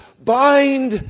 bind